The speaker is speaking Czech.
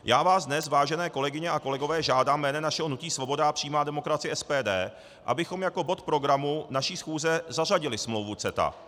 Já vás dnes, vážené kolegyně a kolegové, žádám jménem našeho hnutí Svoboda a přímá demokracie, SPD, abychom jako bod programu naší schůze zařadili smlouvu CETA.